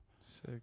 Sick